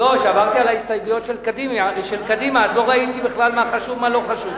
כשעברתי על ההסתייגויות של קדימה לא ראיתי בכלל מה חשוב ומה לא חשוב.